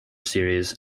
series